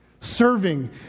serving